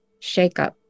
shakeup